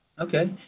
Okay